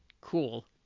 cool